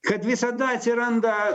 kad visada atsiranda